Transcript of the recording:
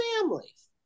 families